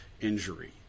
injury